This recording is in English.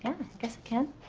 and guess it can.